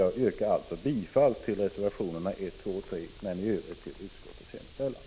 Jag yrkar alltså bifall till reservationerna 1, 2 och 3 samt i övrigt till utskottets hemställan.